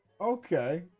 Okay